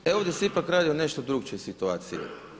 E ovdje se ipak radi o nešto drukčijoj situaciji.